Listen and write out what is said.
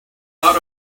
out